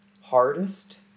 Hardest